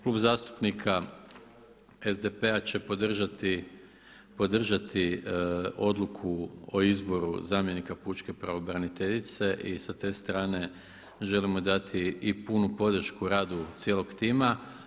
Klub zastupnika SDP-a će podržati odluku o izboru zamjenika pučke pravobraniteljice i sa te strane želimo dati i punu podršku radu cijelo tima.